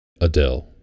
Adele